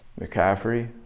McCaffrey